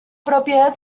propiedad